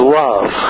love